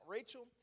Rachel